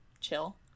chill